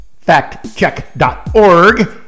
FactCheck.org